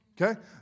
Okay